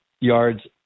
yards